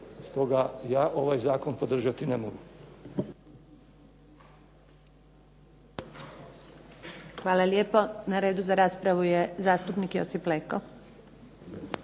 Stoga ja ovaj zakon podržati ne mogu. **Antunović, Željka (SDP)** Hvala lijepo. Na redu za raspravu je zastupnik Josip Leko.